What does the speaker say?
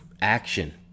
action